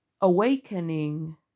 awakening